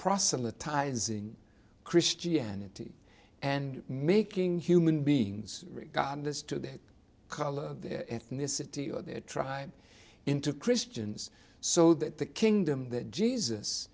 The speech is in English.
proselytizing christianity and making human beings regardless to color of their ethnicity or their tribe into christians so that the kingdom that jesus